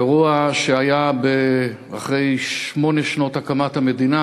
אירוע שהיה שמונה שנים אחרי הקמת המדינה,